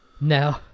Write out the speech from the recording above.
No